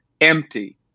empty